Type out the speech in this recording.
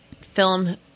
film